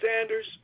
Sanders